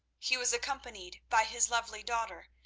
he was accompanied by his lovely daughter,